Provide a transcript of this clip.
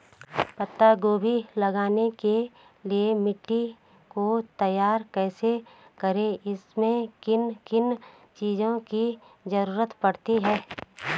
पत्ता गोभी लगाने के लिए मिट्टी को तैयार कैसे करें इसमें किन किन चीज़ों की जरूरत पड़ती है?